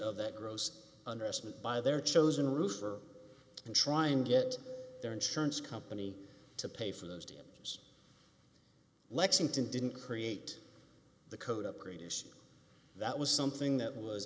of the gross under estimate by their chosen roofer and try and get their insurance company to pay for those timbs lexington didn't create the code upgrade issue that was something that was